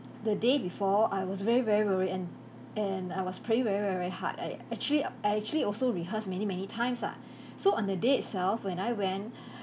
the day before I was very very worried and and I was praying very very very hard I actually I actually also rehearsed many many times ah so on the day itself when I went